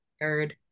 third